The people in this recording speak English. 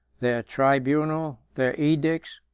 their tribunal, their edicts,